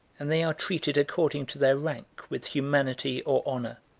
and they are treated according to their rank with humanity or honor.